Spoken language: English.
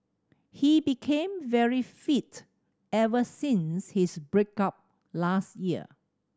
he became very fit ever since his break up last year